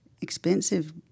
expensive